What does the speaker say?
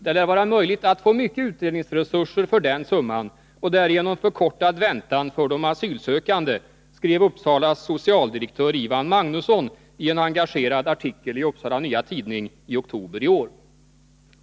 Det lär vara möjligt att få mycket utredningsresurser för den summan och därigenom förkorta väntan för de asylsökande, skrev Uppsalas socialdirektör Ivan Magnusson i en engagerad artikel i Upsala Nya Tidning i oktober i år.